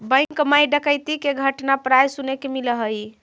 bank मैं डकैती के घटना प्राय सुने के मिलऽ हइ